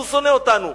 שהוא שונא אותנו,